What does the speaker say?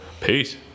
peace